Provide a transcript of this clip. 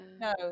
No